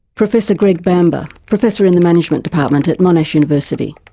professor greg bamber, professor in the management department at monash university.